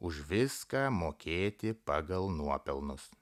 už viską mokėti pagal nuopelnus